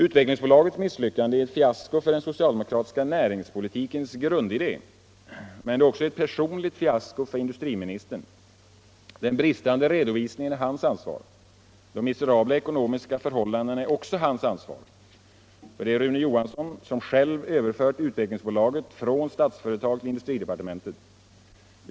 Utvecklingsbolagets misslyckande är ett fiasko för den socialdemokratiska näringspolitikens grundidé, men det är också ett personligt fiasko för industriministern. Den bristande redovisningen är hans ansvar. De miserabla ekonomiska förhållandena är också hans ansvar. Det är Rune Johansson som själv överfört Utvecklingsbolaget från Statsföretag till industridepartementet.